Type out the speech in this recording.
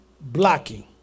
blocking